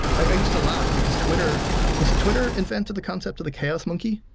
i used to laugh, because twitter was it twitter invented the concept of the chaos monkey?